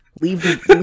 Leave